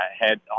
head